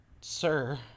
Sir